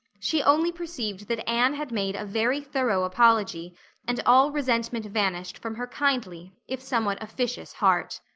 she only perceived that anne had made a very thorough apology and all resentment vanished from her kindly, if somewhat officious, heart.